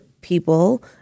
people